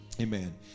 amen